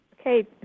Okay